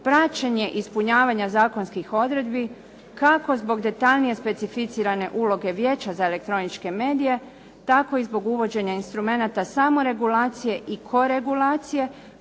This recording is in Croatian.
praćenje ispunjavanja zakonskih odredbi kako zbog detaljnije specificirane uloge Vijeća za elektroničke medije, tako i zbog uvođenja instrumenata samoregulacije i koregulacije